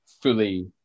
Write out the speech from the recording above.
fully